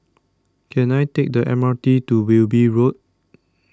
can I take the M R T to Wilby Road